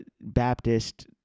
Baptist